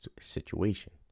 situation